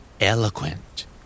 Eloquent